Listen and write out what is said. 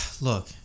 look